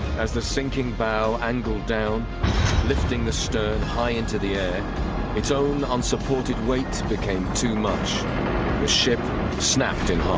as the sinking bowel angled down lifting the stern high into the air its own unsupported weights became too much the ship snapped in